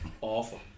awful